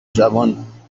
جوان